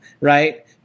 right